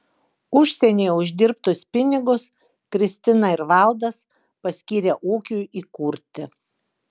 užsienyje uždirbtus pinigus kristina ir valdas paskyrė ūkiui įkurti